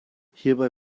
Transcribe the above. hierbei